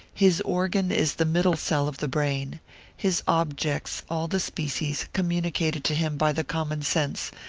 his organ is the middle cell of the brain his objects all the species communicated to him by the common sense,